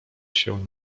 się